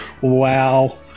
Wow